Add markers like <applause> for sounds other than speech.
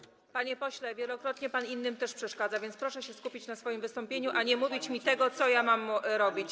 Panie pośle, wielokrotnie pan innym też przeszkadzał, <applause> więc proszę się skupić na swoim wystąpieniu, a nie mówić mi, co mam robić.